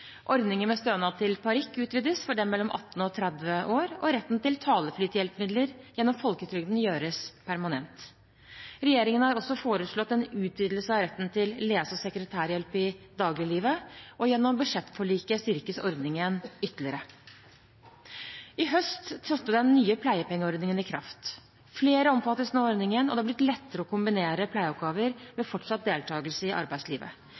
med stønad til parykk utvides for dem mellom 18 og 30 år, og retten til taleflythjelpemidler gjennom folketrygden gjøres permanent. Regjeringen har også foreslått en utvidelse av retten til lese- og sekretærhjelp i dagliglivet, og gjennom budsjettforliket styrkes ordningen ytterligere. I høst trådte den nye pleiepengeordningen i kraft. Flere omfattes nå av ordningen, og det har blitt lettere å kombinere pleieoppgaver med fortsatt deltakelse i arbeidslivet.